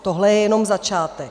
Tohle je jenom začátek.